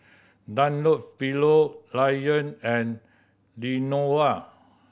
Dunlopillo Lion and Lenovo